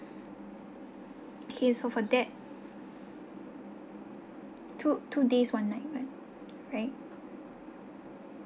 okay so for that two two days one night ri~ right